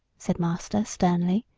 said master sternly,